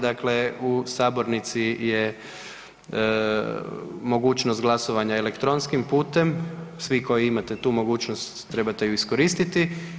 Dakle, u sabornici je mogućnost glasovanja elektronskim putem, svi koji imate tu mogućnost, trebate ju iskoristiti.